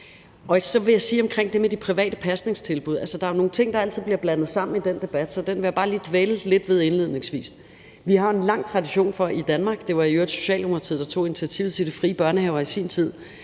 Så vil jeg om det med de private pasningstilbud sige, at der er nogle ting, der altid bliver blandet sammen i den debat, så den vil jeg bare lige dvæle lidt ved indledningsvis. Vi har en lang tradition i Danmark – det var i øvrigt Socialdemokratiet, der tog initiativet til de frie børnehaver i sin tid